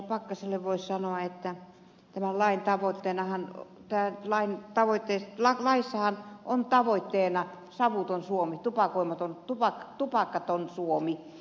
pakkaselle voisi sanoa että tämä lain tavoitteenahan on käynyt vain tavoittein tässä laissahan on tavoitteena savuton suomi tupakaton suomi